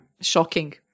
shocking